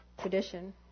tradition